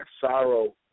sorrow